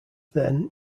then